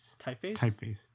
Typeface